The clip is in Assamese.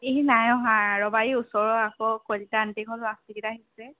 এ নাই অহা ৰ'বা এই ওচৰৰ আকৌ কলিতা আণ্টিহঁতৰ ল'ৰা ছোৱালীকেইটা আহিছে